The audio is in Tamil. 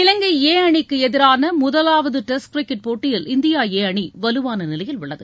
இலங்கை ஏ அணிக்கு எதிரான முதலாவது டெஸ்ட் கிரிக்கெட் போட்டியில் இந்தியா ஏ அணி வலுவான நிலையில் உள்ளது